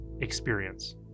experience